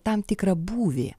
tam tikrą būvį